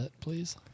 Please